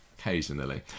Occasionally